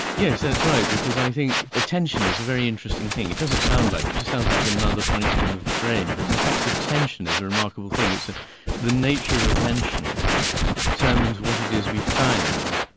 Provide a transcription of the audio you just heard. yes that's right, because i think attention is a very interesting thing, it doesn't sound like it just sounds like another function of the brain. but in fact attention is a remarkable thing, it's ah the nature of attention determines what it is we find,